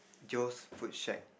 Joe's food shack